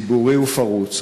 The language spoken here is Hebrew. הוא ציבורי ופרוץ.